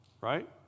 Right